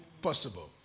Possible